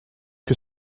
que